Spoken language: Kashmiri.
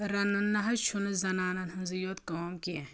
رَنان نہٕ حظ چھُنہٕ زنانَن ہٕنٛز یوٚت کٲم کیٛنٚہہ